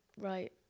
right